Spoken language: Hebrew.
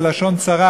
זה לשון צרה.